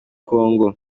congo